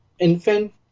infant